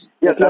Yes